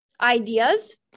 ideas